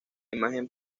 imagen